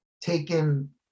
taken